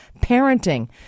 parenting